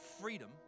freedom